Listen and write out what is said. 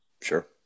Sure